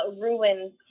ruins